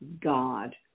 God